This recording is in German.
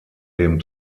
dem